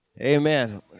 Amen